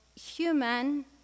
human